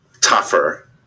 tougher